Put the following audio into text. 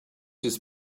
his